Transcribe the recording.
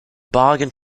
bargain